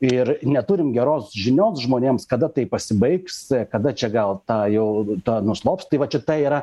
ir neturim geros žinios žmonėms kada tai pasibaigs kada čia gal ta jau ta nuslops tai va čia ta yra